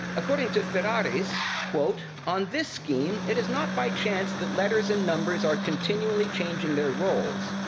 according to ferraris, quote, on this scheme, it is not by chance that letters and numbers are continually changing their roles,